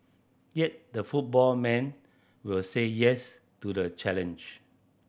yet the football man will say yes to the challenge